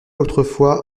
autrefois